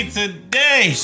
today